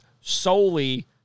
solely